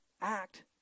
act